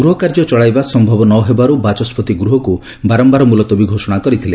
ଗୃହ କାର୍ଯ୍ୟ ଚଳାଇବା ସମ୍ଭବ ନ ହେବାରୁ ବାଚସ୍କତି ଗୃହକୁ ବାରମ୍ଭାର ମୁଲତବୀ ଘୋଷଣା କରିଥିଲେ